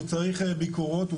הוא צריך ביקורות,